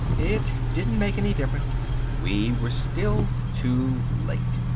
it didn't make any difference, we were still too late.